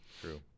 true